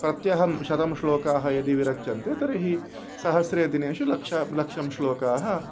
प्रत्यहं शतं श्लोकाः यदि विरच्यन्ते तर्हि सहस्रेषु दिनेषु लक्षं लक्षं श्लोकाः